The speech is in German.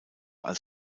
als